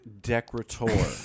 decorator